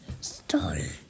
story